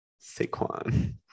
saquon